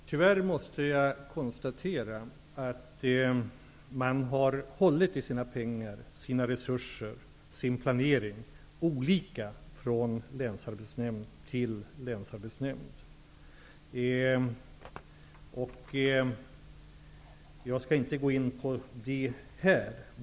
Fru talman! Tyvärr måste jag konstatera att länsarbetsnämnderna har hållit i sina pengar, resurser och planering på olika sätt. Jag skall inte gå in på det här.